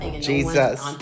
Jesus